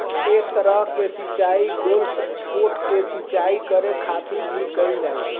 एह तरह के सिचाई गोल्फ कोर्ट के सिंचाई करे खातिर भी कईल जाला